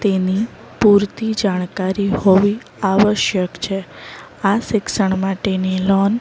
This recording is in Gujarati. તેની પૂરતી જાણકારી હોવી આવશ્યક છે આ શિક્ષણ માટેની લોન